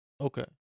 Okay